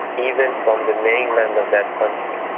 even from the mainland of that country.